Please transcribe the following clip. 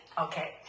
okay